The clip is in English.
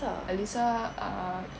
elisa uh